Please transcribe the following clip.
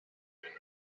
and